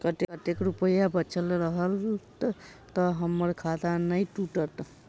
कतेक रुपया बचल रहत तऽ हम्मर खाता नै टूटत?